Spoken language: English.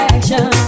Action